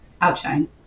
outshine